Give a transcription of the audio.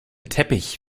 teppich